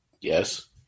Yes